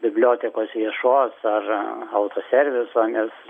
bibliotekos viešos ar autoserviso nes